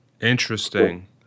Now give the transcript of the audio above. Interesting